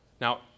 Now